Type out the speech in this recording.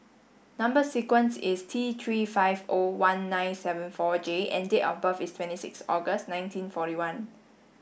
number sequence is T three five O one nine seven four J and date of birth is twenty six August nineteen forty one